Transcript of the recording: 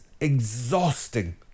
exhausting